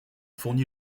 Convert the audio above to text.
fourni